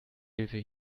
hilfe